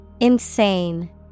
Insane